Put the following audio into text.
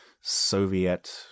Soviet